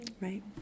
right